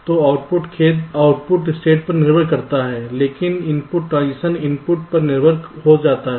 तो आउटपुट खेद output state पर निर्भर करता है लेकिन इनपुट ट्रांजिशन इनपुट पर निर्भर हो सकता है